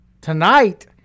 tonight